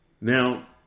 Now